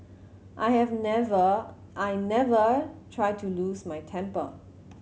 I have never I never try to lose my temper